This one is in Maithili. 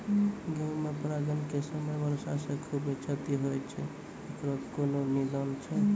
गेहूँ मे परागण के समय वर्षा से खुबे क्षति होय छैय इकरो कोनो निदान छै?